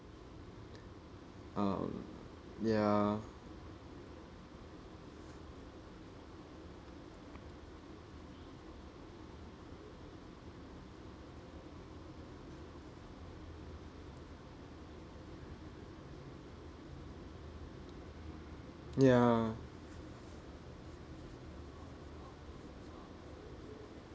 um ya ya